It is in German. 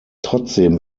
trotzdem